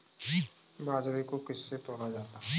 बाजरे को किससे तौला जाता है बताएँ?